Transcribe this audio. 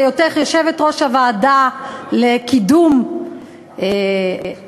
בהיותך יושבת-ראש הוועדה לקידום נשים,